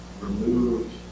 removed